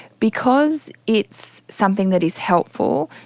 because it's something that is helpful,